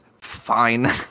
fine